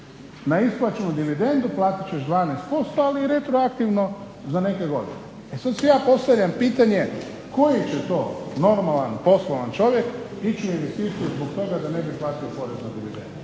na isplaćenu dividendu platit ćeš 12% ali i retroaktivno za neke godine. E sad si ja postavljam pitanje koji će to normalan poslovan čovjek ići u investiciju zbog toga da ne bi platio porez na dividendu?